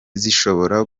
zishobora